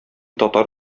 татар